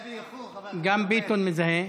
אתה מזהה באיחור, חבר הכנסת, גם ביטון מזהה.